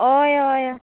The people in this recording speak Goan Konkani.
हय हय हय